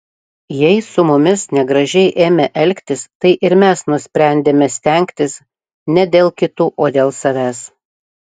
jei su mumis negražiai ėmė elgtis tai ir mes nusprendėme stengtis ne dėl kitų o dėl savęs